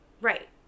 Right